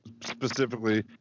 specifically